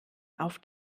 auf